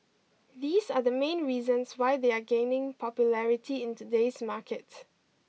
these are the main reasons why they are gaining popularity in today's market